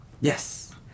Yes